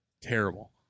terrible